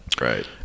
right